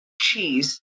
cheese